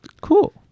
Cool